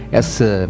Essa